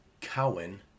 Cowen